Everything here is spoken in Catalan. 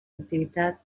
activitat